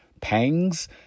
pangs